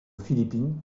philippines